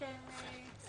האדם הוא בגדר חשוד,